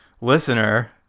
listener